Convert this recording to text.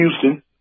Houston